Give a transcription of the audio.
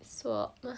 swap